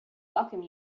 welcome